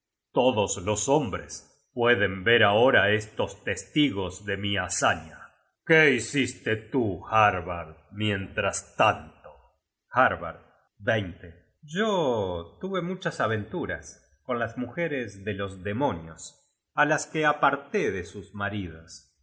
todos los hombres pueden ver ahora estos testigos de mi hazaña qué hiciste tú harbard mientras tanto content from google book search generated at harbard yo tuve muchas aventuras con las mujeres de los demonios á las que aparté de sus maridos